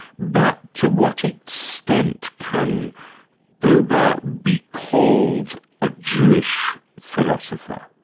but to what extent can buber be called a jewish philosopher?